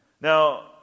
Now